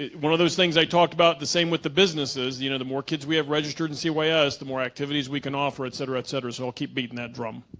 one of those things i talked about the same with the businesses businesses you know the more kids we have registered and see we us the more activities we can offer etc etc so i'll keep beating that drum